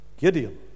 Gideon